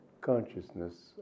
consciousness